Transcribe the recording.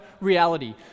reality